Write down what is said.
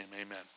amen